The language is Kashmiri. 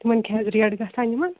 تِمَن کیٛاہ حظ ریٹ گژھان یِمَن